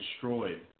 destroyed